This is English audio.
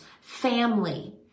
family